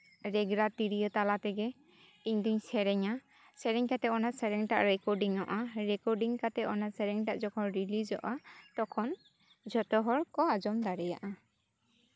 ᱨᱮᱜᱽᱲᱟ ᱛᱤᱨᱭᱳ ᱛᱟᱞᱟ ᱛᱮᱜᱮ ᱤᱧ ᱫᱩᱧ ᱥᱮᱨᱮᱧᱟ ᱥᱮᱨᱮᱧ ᱠᱟᱛᱮᱫ ᱚᱱᱟ ᱥᱮᱨᱮᱧ ᱴᱟᱜ ᱨᱮᱠᱳᱰᱤᱝ ᱚᱜᱼᱟ ᱟᱨ ᱚᱱᱟ ᱨᱮᱠᱳᱰᱤᱝ ᱠᱟᱛᱮᱫ ᱚᱱᱟ ᱥᱮᱨᱮᱧ ᱴᱟᱜ ᱡᱚᱠᱷᱚᱱ ᱨᱤᱞᱤᱡᱚᱜᱼᱟ ᱡᱚᱛᱚᱦᱚᱲ ᱠᱚ ᱟᱸᱡᱚᱢ ᱫᱟᱲᱮᱭᱟᱜᱼᱟ